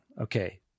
okay